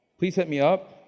please hit me up.